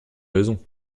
raison